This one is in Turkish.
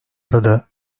arada